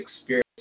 experience